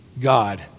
God